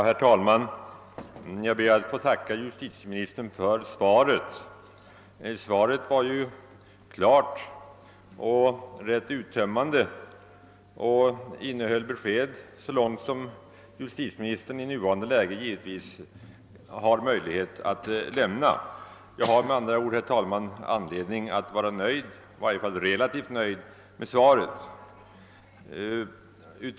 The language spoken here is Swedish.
Herr talman! Jag ber att få tacka justitieministern för svaret. Det var ju klart och rätt uttömmande och innehöll besked så långt justitieministern i nuvarande läge har möjlighet att lämna några uppgifter. Jag har med andra ord, herr talman, anledning att vara i varje fall relativt nöjd med svaret.